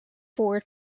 four